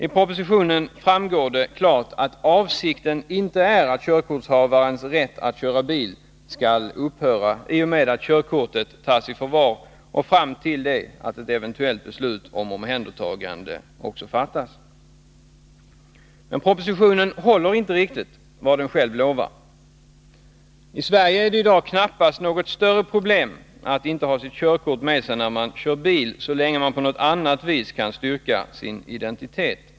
I propositionen framgår det klart att avsikten inte är att körkortshavarens rätt att köra bil skall upphävas i och med att körkortet tas i förvar och fram till att ett eventuellt beslut om omhändertagande fattas. Men propositionen håller inte riktigt vad den själv lovar. I Sverige är det i dag knappast något större problem att inte ha sitt körkort med sig när man kör bil så länge man på något annat sätt kan styrka sin identitet.